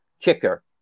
kicker